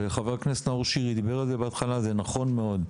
חה"כ נאור שירי דיבר על זה בהתחלה, זה נכון מאוד.